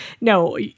No